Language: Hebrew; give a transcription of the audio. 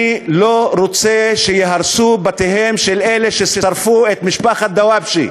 אני לא רוצה שיהרסו את בתיהם של אלה ששרפו את משפחת דוואבשה.